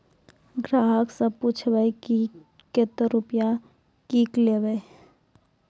ग्राहक से पूछब की कतो रुपिया किकलेब?